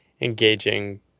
engaging